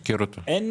אין